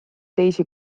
teisi